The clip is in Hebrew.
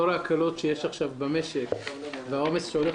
לאור ההקלות שיש עכשיו במשק והעומס שהולך